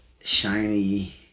Shiny